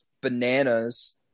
bananas